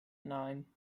nine